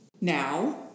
Now